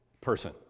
person